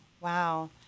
Wow